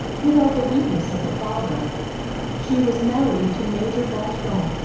without the weakness of the father she was married to major beauchamp,